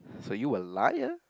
so you were liar